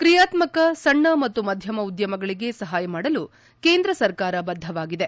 ಕ್ರಿಯಾತ್ಮಕ ಸಣ್ಣ ಮತ್ತು ಮಧ್ಯಮ ಉದ್ಯಮಗಳಿಗೆ ಸಹಾಯ ಮಾಡಲು ಕೇಂದ್ರ ಸರ್ಕಾರ ಬದ್ದವಾಗಿದೆ